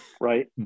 right